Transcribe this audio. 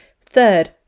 Third